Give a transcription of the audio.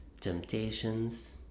temptations